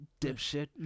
dipshit